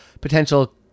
potential